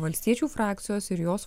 valstiečių frakcijos ir jos